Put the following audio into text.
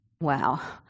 Wow